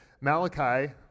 Malachi